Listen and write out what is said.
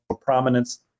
prominence